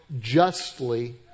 justly